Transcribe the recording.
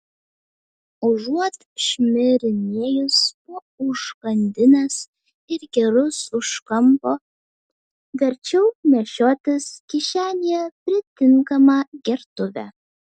užuot šmirinėjus po užkandines ir gėrus už kampo verčiau nešiotis kišenėje pritinkamą gertuvę